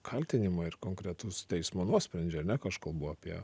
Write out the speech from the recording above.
kaltinimai ir konkretūs teismo nuosprendžiai ar ne aš kalbu apie